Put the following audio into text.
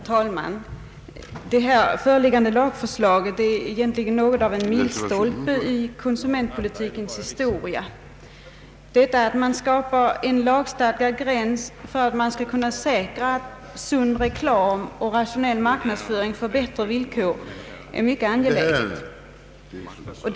Herr talman! Det här föreliggande lagförslaget är något av en milstolpe i konsumentpolitikens historia. Att skapa en lagstadgad gräns för att säkra att sund reklam och rationell marknadsföring får bättre villkor är mycket angeläget.